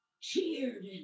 cheered